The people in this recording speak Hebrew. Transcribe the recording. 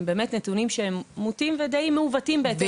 הם נתונים מוטים ודי מעוותים עקב מה שהיה.